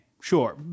sure